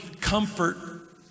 comfort